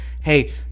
hey